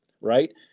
right